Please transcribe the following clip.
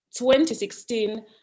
2016